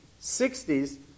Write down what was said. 60s